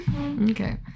Okay